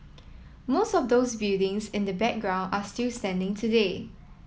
most of those buildings in the background are still standing today